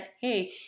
hey